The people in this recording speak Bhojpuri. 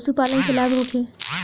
पशु पालन से लाभ होखे?